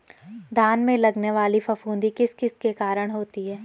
धान में लगने वाली फफूंदी किस किस के कारण होती है?